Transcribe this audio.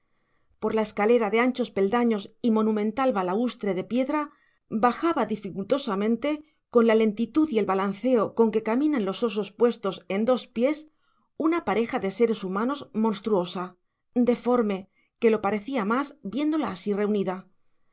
por la escalera de anchos peldaños y monumental balaústre de piedra bajaba dificultosamente con la lentitud y el balanceo con que caminan los osos puestos en dos pies una pareja de seres humanos monstruosa deforme que lo parecía más viéndola así reunida